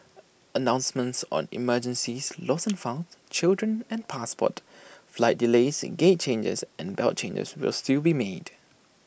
announcements on emergencies lost and found children and passports flight delays gate changes and belt changes will still be made